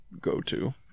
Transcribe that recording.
go-to